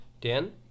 Dan